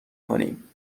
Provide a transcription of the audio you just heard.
کنیم